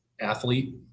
athlete